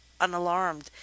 unalarmed